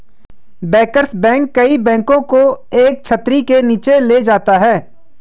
bankers bank कई बैंकों को एक छतरी के नीचे ले जाता है